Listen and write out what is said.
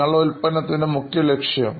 നിങ്ങടെ ഉൽപ്പന്നത്തിന് മുഖ്യലക്ഷ്യം